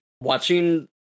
watching